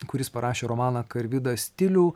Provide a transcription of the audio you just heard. kuris parašė romaną karvidą stilių